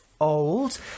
old